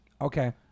Okay